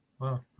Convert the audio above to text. wow